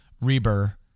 Reber